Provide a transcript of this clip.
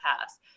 past